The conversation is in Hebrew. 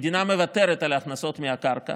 המדינה מוותרת על הכנסות מהקרקע